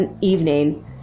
evening